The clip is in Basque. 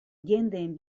jendeen